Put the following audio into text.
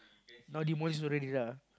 now demolished already lah